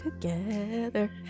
Together